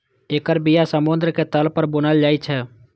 एकर बिया समुद्रक तल पर बुनल जाइ छै